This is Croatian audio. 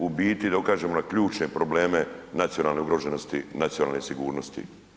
U biti, da ukažemo na ključne probleme nacionalne ugroženosti i nacionalne sigurnost.